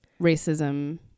racism